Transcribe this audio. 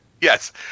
Yes